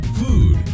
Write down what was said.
food